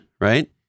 right